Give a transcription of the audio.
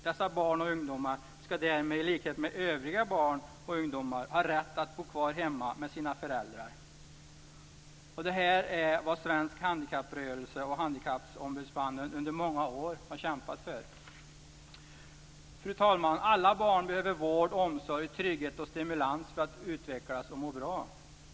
Dessa barn och ungdomar ska därmed, i likhet med övriga barn och ungdomar, ha rätt att bo kvar hemma med sina föräldrar. Detta är vad svensk handikapprörelse och Handikappombudsmannen under många år har kämpat för. Fru talman! Alla barn behöver vård, omsorg, trygghet och stimulans för att utvecklas och må bra.